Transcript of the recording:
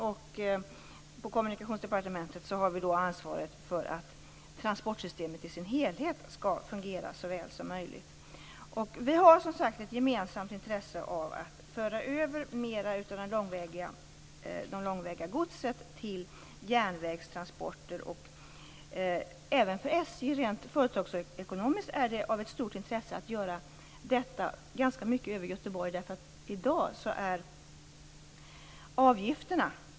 Vi på Kommunikationsdepartementet har ansvaret för att transportsystemet i dess helhet skall fungera så väl som möjligt. Det finns ett gemensamt intresse av att föra över mera av det långväga godset till järnvägstransporter. Även för SJ är det rent företagsekonomiskt av stort intresse att frakta godset över Göteborg.